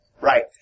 Right